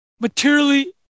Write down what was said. materially